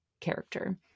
character